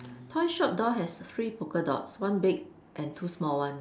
toy shop door has three polka dots one big and two small ones